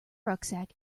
rucksack